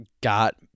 got